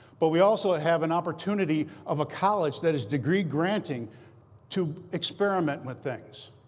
but we also ah have an opportunity of a college that is degree granting to experiment with things.